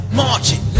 marching